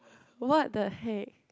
what the heck